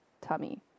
tummy